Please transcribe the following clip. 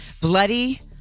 bloody